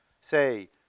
say